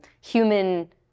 human